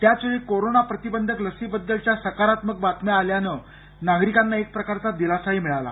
त्याचवेळी कोरोना प्रतिबंधक लसीबद्दलच्या सकारात्मक बातम्या आल्यानं नागरिकांना एक प्रकारचा दिलासा मिळाला